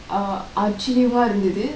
uh ஆச்சிரியமா இருந்தது:aachiriyamaa irunthathu